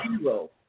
zero